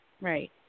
right